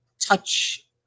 touch